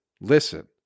Listen